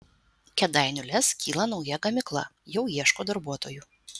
kėdainių lez kyla nauja gamykla jau ieško darbuotojų